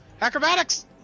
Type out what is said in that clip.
Acrobatics